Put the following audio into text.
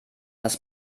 was